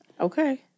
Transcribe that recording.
Okay